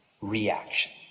reaction